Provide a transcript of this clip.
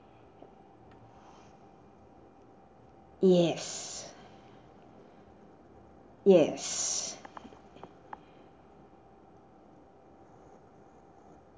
yes yes